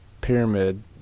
Pyramid